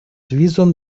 visum